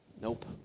Nope